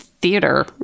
Theater